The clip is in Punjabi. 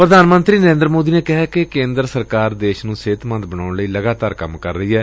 ਪ੍ਰਧਾਨ ਮੰਤਰੀ ਨਰੇਦਰ ਮੋਦੀ ਨੇ ਕਿਹੈ ਕਿ ਕੇਦਰ ਸਰਕਾਰ ਦੇਸ਼ ਨੂੰ ਸਿਹਤਮੰਦ ਬਣਾਊਣ ਲਈ ਲਗਾਤਾਰ ਕੰਮ ਕਰ ਰਹੀ ਏ